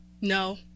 No